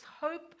hope